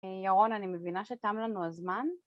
ירון, אני מבינה שתם לנו הזמן.